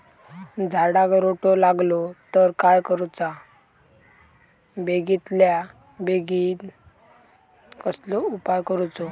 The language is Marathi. झाडाक रोटो लागलो तर काय करुचा बेगितल्या बेगीन कसलो उपाय करूचो?